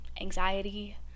anxiety